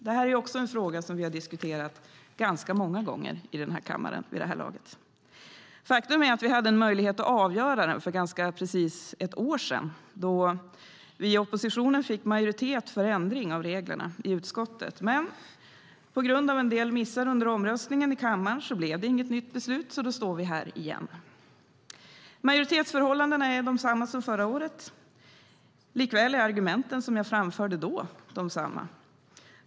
Också detta är en fråga som vi har diskuterat ganska många gånger i den här kammaren vid det här laget. Faktum är att vi hade en möjlighet att avgöra den för ganska precis ett år sedan då vi i oppositionen fick majoritet för ändring av reglerna i utskottet. Men på grund av en del missar under omröstningen i kammaren blev det inget nytt beslut, så nu står vi här igen. Majoritetsförhållandena är desamma som under förra året. Likaså är de argument som jag framförde då desamma.